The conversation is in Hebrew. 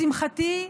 לשמחתי,